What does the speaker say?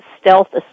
Stealth